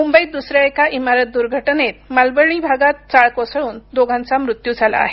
मुंबईत दुसऱ्या एका इमारत दुर्घटनेत मालवणी भागात चाळ कोसळून दोघांचा मृत्यू झाला आहे